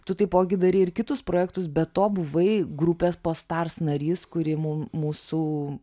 tu taipogi darei ir kitus projektus be to buvai grupės post ars narys kuri mum mūsų